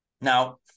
Now